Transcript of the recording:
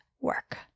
work